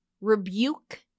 rebuke